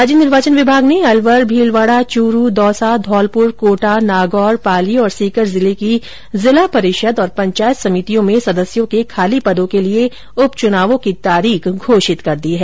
राज्य निर्वाचन विभाग ने अलवर भीलवाड़ा चूरू दौसा धौलपुरकोटा नागौर पाली और सीकर जिले की जिला परिषद और पंचायत समितियो में सदस्यों के खाली पदों के लिए उप चुनावों की तारीख घोषित कर दी है